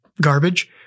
garbage